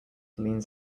leans